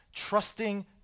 trusting